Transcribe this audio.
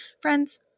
Friends